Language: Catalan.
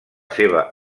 seva